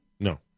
No